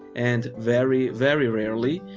and very, very rarely,